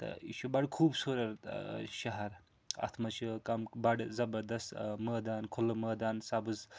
تہٕ یہِ چھُ بَڑٕ خوٗبصوٗرت شہر اَتھ منٛز چھِ کم بَڑٕ زبردس مٲدان کُلہٕ مٲدان سبٕز